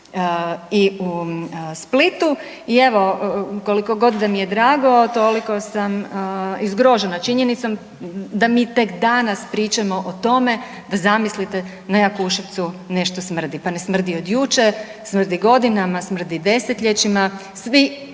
i u Splitu. I evo koliko god da mi je drago, toliko sam i zgrožena činjenicom da mi tek danas pričamo o tome da zamislite na Jakuševcu smrdi. Pa ne smrdi od jučer. Smrdi godinama, smrdi desetljećima. Svi